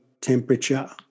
temperature